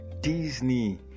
Disney